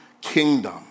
kingdom